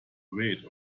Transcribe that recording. rate